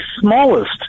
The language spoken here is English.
smallest